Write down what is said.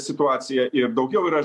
situacija ir daugiau yra